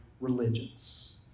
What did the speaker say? religions